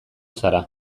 zara